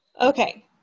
Okay